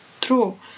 True